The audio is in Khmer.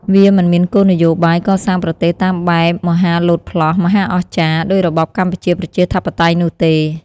វាមិនមានគោលនយោបាយកសាងប្រទេសតាមបែប "មហាលោតផ្លោះ មហាអស្ចារ្យ" ដូចរបបកម្ពុជាប្រជាធិបតេយ្យនោះទេ។